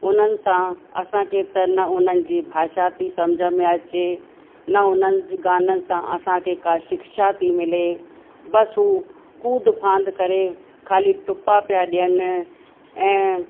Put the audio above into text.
उन्हनि सां असांखे त न उन्हनि जी भाषा थी सम्झ में न हुननि जी गाननि सां असांखे का शिक्षा थी मिले बस हू कूद फांद करे खाली टुपा पिया ॾियनि